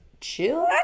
chill